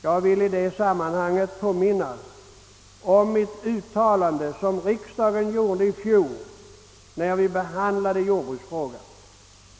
Jag vill i det sammanhanget påminna om ett uttalande som riksdagen gjorde i fjol när vi behandlade jordbruksfrågan.